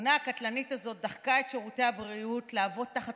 התאונה הקטלנית הזאת דחקה את שירותי הבריאות לעבוד תחת